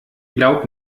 glaub